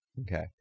Okay